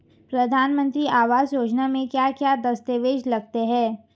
प्रधानमंत्री आवास योजना में क्या क्या दस्तावेज लगते हैं?